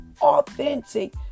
authentic